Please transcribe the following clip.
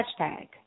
Hashtag